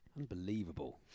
Unbelievable